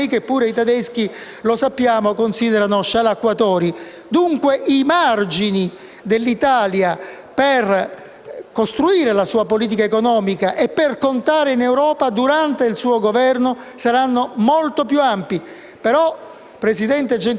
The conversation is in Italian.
costruire la sua politica economica e per contare in Europa durante il suo Governo saranno molto più ampi. Però, presidente Gentiloni Siveri, serve una proposta forte: in questo quadro mondiale non ci si può limitare a giocare di sponda.